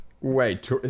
Wait